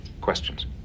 Questions